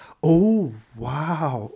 oh !wow!